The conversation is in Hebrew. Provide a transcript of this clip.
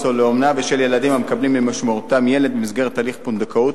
או לאומנה ושל הורים המקבלים למשמורתם ילד במסגרת הליך פונדקאות,